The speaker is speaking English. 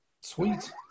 Sweet